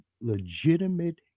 legitimate